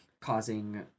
causing